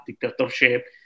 dictatorship